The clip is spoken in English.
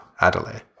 Adelaide